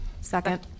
Second